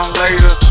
later